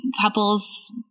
couples